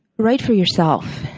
write for yourself.